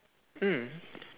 mm